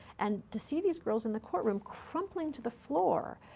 and to see these girls in the courtroom crumpling to the floor,